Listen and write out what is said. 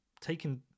taken